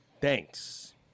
Thanks